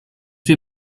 wir